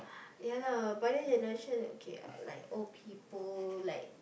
ya lah pioneer generation okay ah like old people like